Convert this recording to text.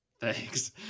thanks